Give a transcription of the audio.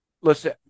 listen